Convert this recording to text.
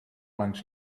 langs